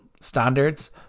standards